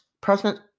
President